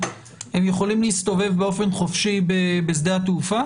הם יכולים להסתובב באופן חופשי בשדה התעופה